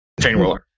Chainroller